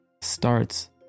starts